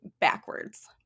backwards